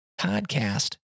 podcast